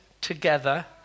together